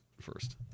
first